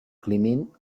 climent